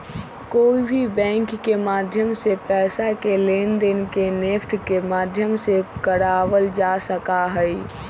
कोई भी बैंक के माध्यम से पैसा के लेनदेन के नेफ्ट के माध्यम से करावल जा सका हई